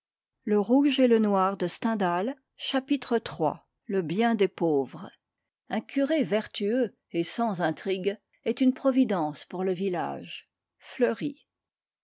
chapitre iii le bien des pauvres un curé vertueux et sans intrigue est une providence pour le village fleury